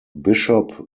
bishop